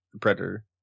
Predator